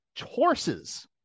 horses